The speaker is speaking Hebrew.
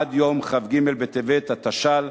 עד יום כ"ג בטבת התש"ל,